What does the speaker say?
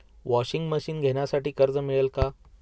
Washing machine घेण्यासाठी कर्ज मिळेल का?